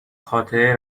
خاطره